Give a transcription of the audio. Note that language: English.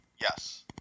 yes